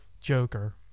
Joker